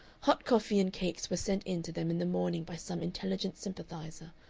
hot coffee and cakes were sent in to them in the morning by some intelligent sympathizer,